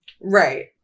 Right